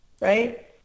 right